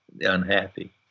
unhappy